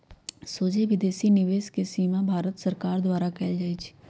सोझे विदेशी निवेश के सीमा भारत सरकार द्वारा कएल जाइ छइ